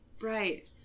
Right